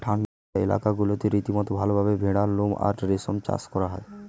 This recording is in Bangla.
ঠান্ডা এলাকাগুলোতে রীতিমতো ভালভাবে ভেড়ার লোম আর রেশম চাষ করা হয়